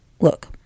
Look